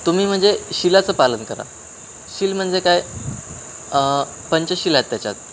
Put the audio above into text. तुम्ही म्हणजे शिलाचं पालन करा शिल म्हणजे काय पंचशीला आहेत त्याच्यात